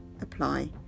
apply